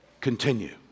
continue